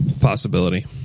possibility